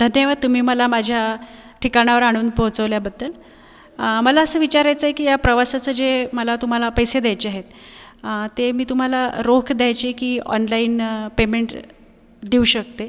धन्यवाद तुम्ही मला माझ्या ठिकाणावर आणून पोहोचवल्याबद्दल मला असं विचारायचंय की या प्रवासाचं जे मला तुम्हाला पैसे द्यायचे आहेत ते मी तुम्हाला रोख द्यायचे की ऑनलाइन पेमेंट देऊ शकते